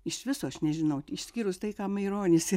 iš viso aš nežinau išskyrus tai ką maironis